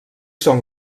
són